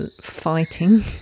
fighting